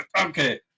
Okay